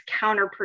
counterproductive